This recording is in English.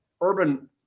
Urban